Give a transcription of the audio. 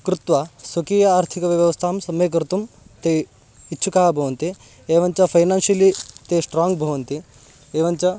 कृत्वा स्वकीय आर्थिकव्यवस्थां सम्यक् कर्तुं ते इच्छुकाः भवन्ति एवञ्च फ़ैनान्शियलि ते स्ट्राङ्ग् भवन्ति एवञ्च